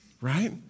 right